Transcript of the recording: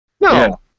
No